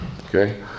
Okay